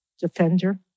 defender